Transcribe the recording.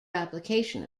application